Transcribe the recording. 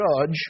Judge